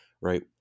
right